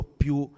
più